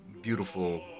Beautiful